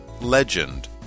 Legend